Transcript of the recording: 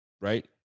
right